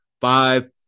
Five